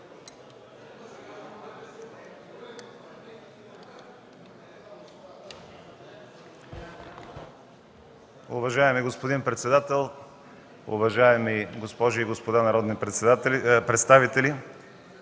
Уважаеми господин председател, уважаеми госпожи и господа народни представители!